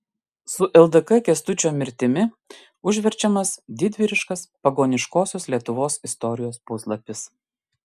su ldk kęstučio mirtimi užverčiamas didvyriškas pagoniškosios lietuvos istorijos puslapis